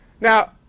Now